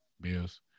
Bills